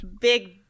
big